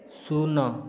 ଶୂନ